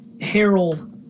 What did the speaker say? Harold